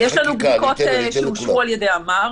יש לנו בדיקות שאושרו על ידי אמ"ר.